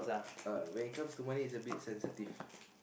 uh when it becomes to money it's a bit sensitive